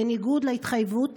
בניגוד להתחייבות